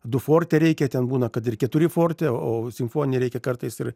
du forte reikia ten būna kad ir keturi forte o simfoniją reikia kartais ir